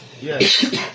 Yes